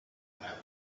happened